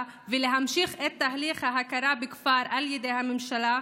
ולהמשיך את תהליך ההכרה בכפר על ידי הממשלה,